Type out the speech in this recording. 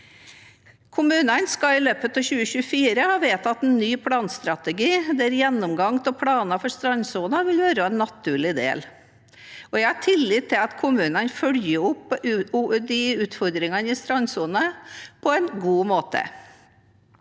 Kommunene skal i løpet av 2024 ha vedtatt en ny planstrategi, der gjennomgang av planer for strandsonen vil være en naturlig del. Jeg har tillit til at kommunene følger opp utfordringene i strandsonen på en god måte.